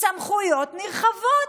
סמכויות נרחבות.